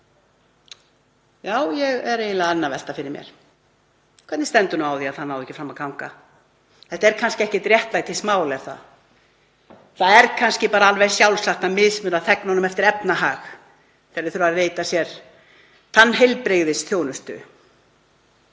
Ég er eiginlega enn að velta fyrir mér: Hvernig stendur á því að það náði ekki fram að ganga? Þetta er kannski ekkert réttlætismál, er það? Það er kannski alveg sjálfsagt að mismuna þegnunum eftir efnahag þegar þeir þurfa að veita sér tannheilbrigðisþjónustu?